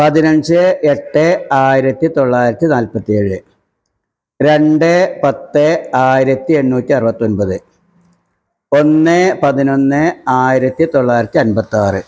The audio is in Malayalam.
പതിനഞ്ച് എട്ട് ആയിരത്തി തൊള്ളായിരത്തി നാല്പത്തിയേഴ് രണ്ട് പത്ത് ആയിരത്തി എണ്ണൂറ്റി അറുപത്തൊൻമ്പത് ഒന്ന് പതിനൊന്ന് ആയിരത്തി തൊള്ളായിരത്തി എണ്പത്താറ്